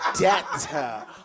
data